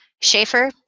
Schaefer